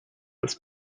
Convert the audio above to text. this